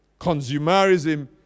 Consumerism